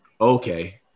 okay